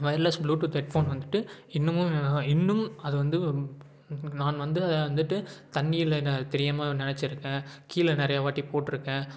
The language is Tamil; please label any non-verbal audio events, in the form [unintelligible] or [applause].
ஒயர்லஸ் ப்ளூடூத் ஹெட்ஃபோன் வந்துட்டு இன்னுமும் [unintelligible] இன்னும் அது வந்து நான் வந்து அதை வந்துட்டு தண்ணியில் தெரியாமல் நனைச்சிருக்கேன் கீழே நிறையா வாட்டி போட்டிருக்கேன்